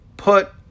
Put